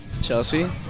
Chelsea